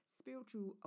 spiritual